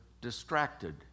distracted